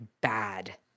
bad